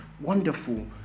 Wonderful